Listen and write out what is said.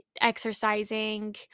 exercising